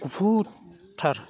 गुफुर थार